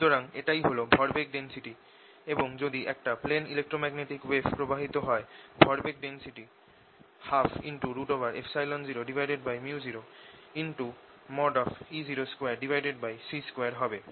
সুতরাং এটাই হল ভরবেগ ডেন্সিটি এবং যদি একটা প্লেন ইলেক্ট্রোম্যাগনেটিক ওয়েভ প্রবাহিত হয় ভরবেগ ডেন্সিটি 120µ0E02C2 হবে